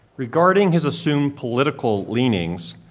regarding his assumed political leanings,